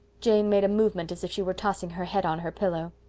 jane made a movement as if she were tossing her head on her pillow.